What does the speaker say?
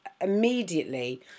immediately